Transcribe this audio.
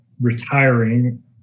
retiring